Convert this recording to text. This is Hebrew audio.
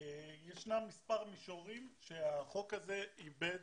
ישנם מספר מישורים שהחוק הזה איבד